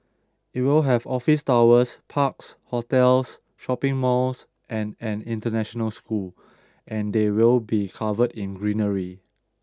it will have office towers parks hotels shopping malls and an international school and they will be covered in greenery